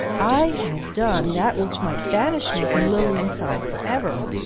i had done that which might banish me from lilian's side for ever!